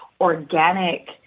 organic